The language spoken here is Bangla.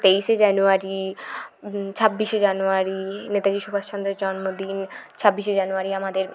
তেইশে জানুয়ারি ছাব্বিশে জানুয়ারি নেতাজি সুভাষচন্দ্রের জন্মদিন ছাব্বিশে জানুয়ারি আমাদের